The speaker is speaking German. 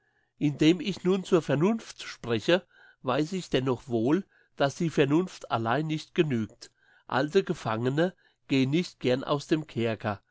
indem ich nun zur vernunft spreche weiss ich dennoch wohl dass die vernunft allein nicht genügt alte gefangene gehen nicht gern aus dem kerker